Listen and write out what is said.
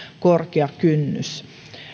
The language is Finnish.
korkea kynnys